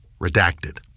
redacted